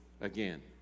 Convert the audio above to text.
again